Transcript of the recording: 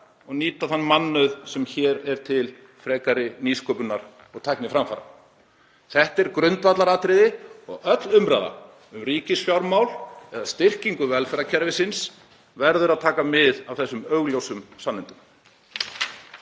og nýta þann mannauð sem hér er til frekari nýsköpunar og tækniframfara. Þetta er grundvallaratriði og öll umræða um ríkisfjármál eða styrkingu velferðarkerfisins verður að taka mið af þessum augljósu sannindum.